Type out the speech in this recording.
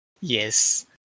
Yes